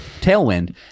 tailwind